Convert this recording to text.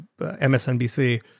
MSNBC